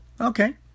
Okay